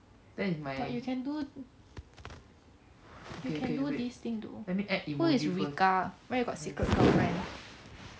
you can do you can do this thing though who is rika why you got secret girlfriend